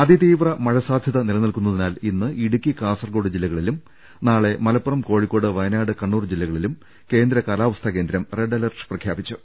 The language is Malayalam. അതിതീവ്ര മഴസാധ്യത നിലനിൽക്കുന്നതിനാൽ ഇന്ന് ഇടു ക്കി കാസർകോട് ജില്ലകളിലും നാളെ മലപ്പുറം കോഴിക്കോ ട് വയനാട് കണ്ണൂർ ജില്ലകളിലും കേന്ദ്ര കാലാവസ്ഥാ കേന്ദ്രം റെഡ് അലർട്ട് പ്രഖ്യാപിച്ചു